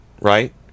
right